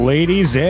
Ladies